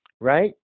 right